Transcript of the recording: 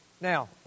Now